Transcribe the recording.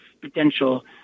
potential